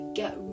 get